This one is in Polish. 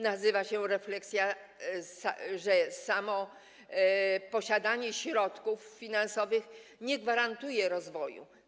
Nasuwa się refleksja, że samo posiadanie środków finansowych nie gwarantuje rozwoju.